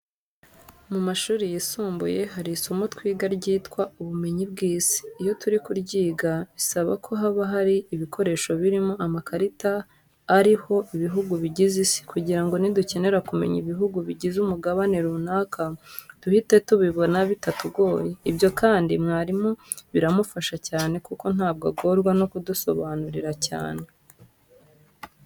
Mu mashuri yisumbuye hari isomo twiga ryitwa ubumenyi bw'Isi. Iyo turi kuryiga bisaba ko haba hari ibikoresho biriho amakarita ariho ibihugu bigize Isi kugira ngo nidukenera kumenya ibihugu bigize umugabane runaka duhite tubibona bitatugoye. Ibyo kandi na mwarimu biramufasha cyane kuko ntabwo agorwa no kudusobanurira cyane.